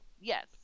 yes